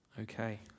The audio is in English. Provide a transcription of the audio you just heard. Okay